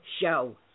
show